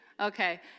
Okay